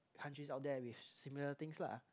countries out there with similar things lah